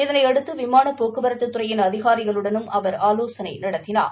இதனையடுத்து விமான போக்குவரத்துத் துறையின் அதிகாரிகளுடனும் அவர் ஆலோசனை நடத்தினார்